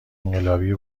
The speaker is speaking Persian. انقلابی